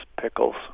pickles